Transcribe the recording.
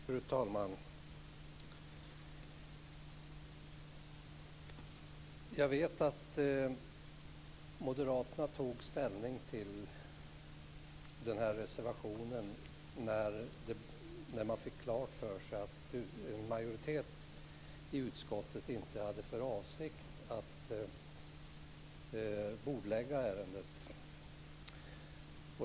Fru talman! Jag vet att moderaterna beslöt att avge den här reservationen när de fick klart för sig att en majoritet i utskottet inte hade för avsikt att bordlägga ärendet.